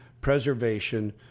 preservation